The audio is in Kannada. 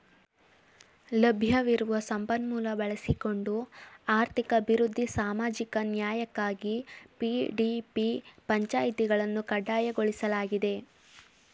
ಲಭ್ಯವಿರುವ ಸಂಪನ್ಮೂಲ ಬಳಸಿಕೊಂಡು ಆರ್ಥಿಕ ಅಭಿವೃದ್ಧಿ ಸಾಮಾಜಿಕ ನ್ಯಾಯಕ್ಕಾಗಿ ಪಿ.ಡಿ.ಪಿ ಪಂಚಾಯಿತಿಗಳನ್ನು ಕಡ್ಡಾಯಗೊಳಿಸಲಾಗಿದೆ